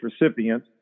recipient